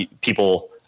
people